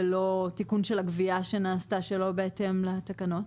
ולא תיקון של הגבייה שנעשתה שלא בהתאם לתקנות?